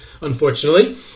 unfortunately